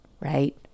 right